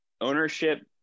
ownership